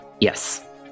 yes